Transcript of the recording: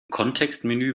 kontextmenü